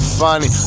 funny